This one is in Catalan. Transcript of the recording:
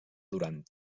durant